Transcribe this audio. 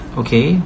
okay